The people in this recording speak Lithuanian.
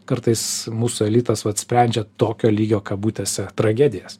kartais mūsų elitas vat sprendžia tokio lygio kabutėse tragedijas